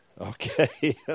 Okay